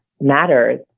matters